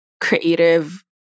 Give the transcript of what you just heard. creative